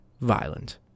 violent